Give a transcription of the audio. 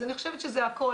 אז אני חושבת שזה הכול,